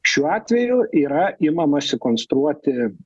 šiuo atveju yra imamasi konstruoti